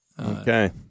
Okay